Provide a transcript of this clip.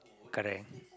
correct